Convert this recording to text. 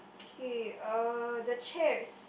okay uh the chairs